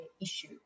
issue